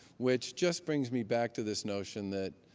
which just brings me back to this notion that